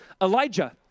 Elijah